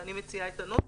ואני מציעה את הנוסח: